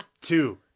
Two